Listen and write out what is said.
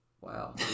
Wow